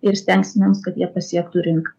ir stengsimės kad jie pasiektų rinką